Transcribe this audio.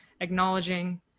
acknowledging